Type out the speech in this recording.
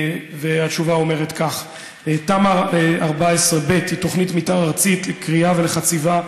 והתשובה אומרת כך: תמ"א 14ב' היא תוכנית מתאר ארצית לכרייה ולחציבה,